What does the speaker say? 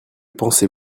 pensez